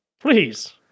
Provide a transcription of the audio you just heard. please